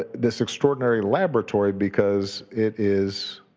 this extraordinary laboratory because it is,